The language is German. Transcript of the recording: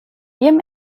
ihrem